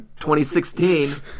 2016